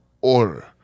order